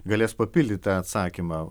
galės papildyt tą atsakymą